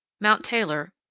mount taylor,